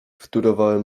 wtórowały